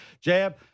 jab